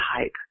hype